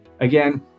Again